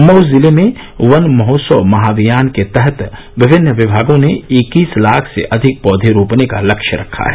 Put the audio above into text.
मऊ जिले में वन महोत्सव महाभियान के तहत विभिन्न विभागों ने इक्कीस लाख से अधिक पौधे रोपने का लक्ष्य रखा है